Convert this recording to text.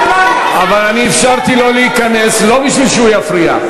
אבל אני אפשרתי לו להיכנס לא בשביל שהוא יפריע.